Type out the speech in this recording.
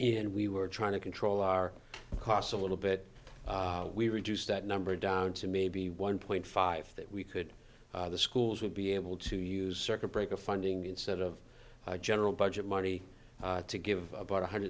in we were trying to control our costs a little bit we reduce that number down to maybe one point five that we could the schools would be able to use circuit breaker funding instead of general budget money to give about one hundred